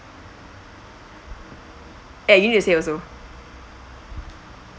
eh you need to say also